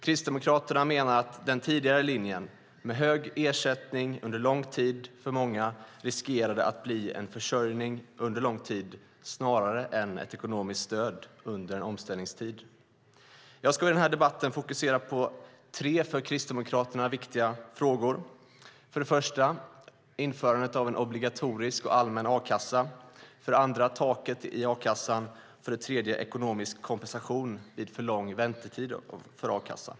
Kristdemokraterna menar att den tidigare linjen med hög ersättning under lång tid för många riskerade att bli en försörjning under lång tid snarare än ett ekonomiskt stöd under en omställningstid. Jag ska i den här debatten fokusera på tre för Kristdemokraterna viktiga frågor nämligen 1.införandet av en obligatorisk och allmän a-kassa 2.taket i a-kassan 3.ekonomisk kompensation vid för lång väntetid för a-kassa.